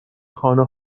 خانه